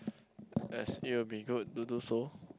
yes it will be good to do so